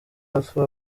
alpha